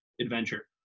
adventure